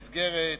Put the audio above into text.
במסגרת,